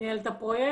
שניהל את הפרויקט.